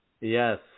Yes